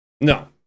no